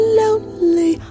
lonely